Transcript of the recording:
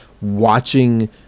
watching